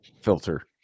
filter